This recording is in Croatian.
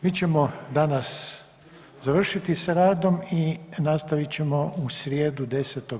Mi ćemo danas završiti s radom i nastavit ćemo u srijedu 10.